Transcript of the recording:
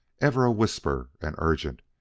ever a-whisper and urgent,